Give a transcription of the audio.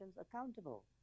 accountable